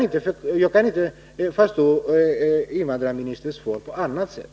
Jag kan inte tolka invandrarministerns svar på annat sätt.